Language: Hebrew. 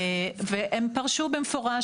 והם פרשו במפורש.